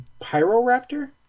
Pyroraptor